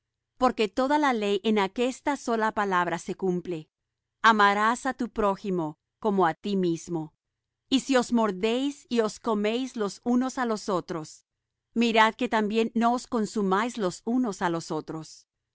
porque toda la ley en aquesta sola palabra se cumple amarás á tu prójimo como á ti mismo y si os mordéis y os coméis los unos á los otros mirad que también no os consumáis los unos á los otros